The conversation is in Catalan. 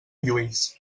lluís